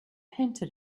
hinted